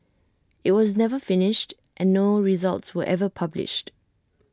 IT was never finished and no results were ever published